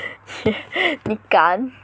你敢